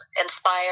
inspire